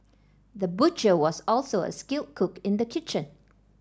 the butcher was also a skilled cook in the kitchen